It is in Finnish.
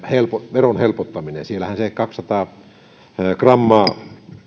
veron helpottaminen siellähän ei kaksisataa grammaa